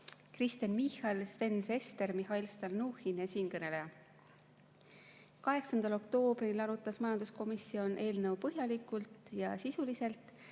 Kristen Michal, Sven Sester, Mihhail Stalnuhhin ja siinkõneleja.8. oktoobril arutas majanduskomisjon eelnõu põhjalikult ja sisuliselt.